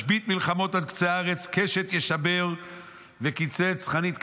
משבית מלחמות עד קצה הארץ קשת ישבר וקצץ חנית".